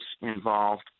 involved